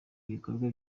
ibikorwa